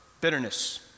bitterness